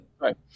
Right